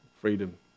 freedom